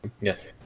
Yes